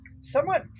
somewhat